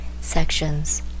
Sections